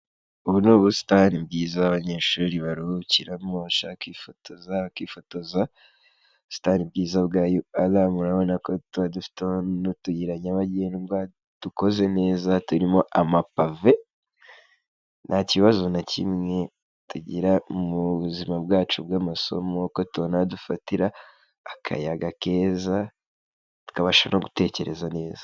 Ubu ni ubusitani bwiza abanyeshuri baruhukiramo, abashaka kwifotoza bakifotoza, ubusitani bwiza bwa UR murabona ko tuba dufitemo n'utuyira nyabagenda dukoze neza turimo amapave. Nta kibazo na kimwe tugira mu buzima bwacu bw'amasomo, kuko tubona aho dufatira akayaga keza tukabasha no gutekereza neza.